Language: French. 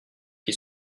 qui